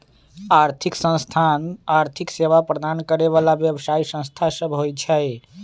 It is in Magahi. आर्थिक संस्थान आर्थिक सेवा प्रदान करे बला व्यवसायि संस्था सब होइ छै